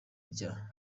rya